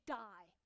die